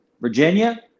Virginia